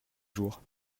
jours